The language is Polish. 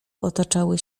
otaczały